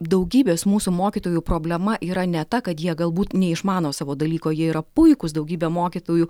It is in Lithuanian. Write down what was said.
daugybės mūsų mokytojų problema yra ne ta kad jie galbūt neišmano savo dalyko jie yra puikūs daugybę mokytojų